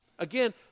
Again